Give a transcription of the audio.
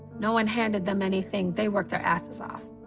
no one handed them anything. they worked their asses off.